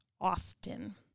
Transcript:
often